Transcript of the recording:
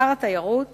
שר התיירות